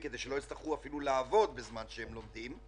כך שהם לא יצטרכו לעבוד בזמן שהם לומדים.